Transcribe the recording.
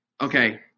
Okay